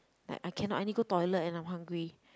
like I cannot I need go toilet and I'm hungry